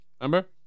Remember